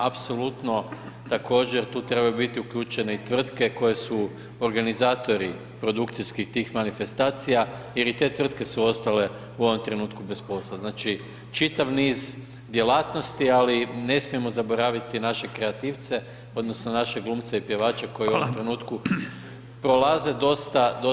Apsolutno također tu trebaju biti uključene i tvrtke koje su organizatori produkcijskih tih manifestacija jer i te tvrtke su ostale u ovom trenutku bez posla. znači čitav niz djelatnosti ali ne smijemo zaboraviti naše kreativce odnosno naše glumce i pjevače koji u ovom trenutku prolaze dosta, dosta teško razdoblje.